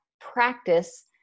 practice